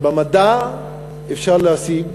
במדע אפשר להשיג,